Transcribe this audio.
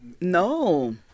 No